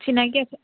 চিনাকী আছে